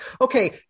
Okay